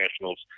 Nationals